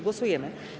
Głosujemy.